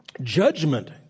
judgment